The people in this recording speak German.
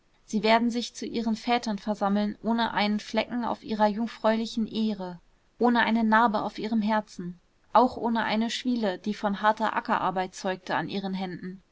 sie werden sich zu ihren vätern versammeln ohne einen flecken auf ihrer jungfräulichen ehre ohne eine narbe auf ihren herzen auch ohne eine schwiele die von harter ackerarbeit zeugte an ihren händen